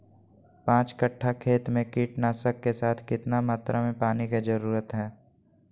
पांच कट्ठा खेत में कीटनाशक के साथ कितना मात्रा में पानी के जरूरत है?